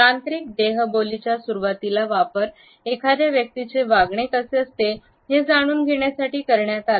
तांत्रिक देहबोलीचा सुरुवातीला वापर एखाद्या व्यक्तीचे वागणे कसे असते हे जाणून घेण्यासाठी करण्यात आला